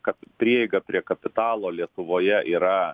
kad prieiga prie kapitalo lietuvoje yra